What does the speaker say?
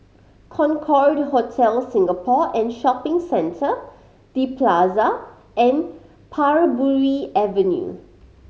Concorde Hotel Singapore and Shopping Centre The Plaza and Parbury Avenue